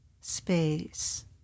space